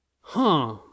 Huh